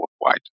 worldwide